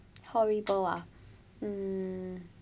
horrible lah mm